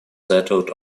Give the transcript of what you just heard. settled